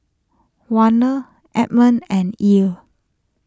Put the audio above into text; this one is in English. Warner Edmond and Ell